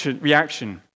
reaction